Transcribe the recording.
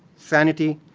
sanity,